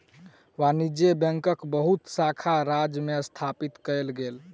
वाणिज्य बैंकक बहुत शाखा राज्य में स्थापित कएल गेल